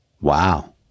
Wow